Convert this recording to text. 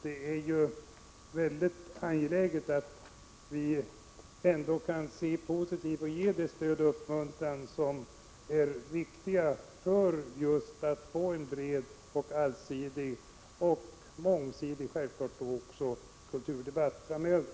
Det är mycket angeläget att vi kan ge det stöd och den uppmuntran som är viktig för att få en bred, allsidig och mångsidig kulturdebatt framöver.